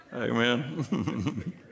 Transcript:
Amen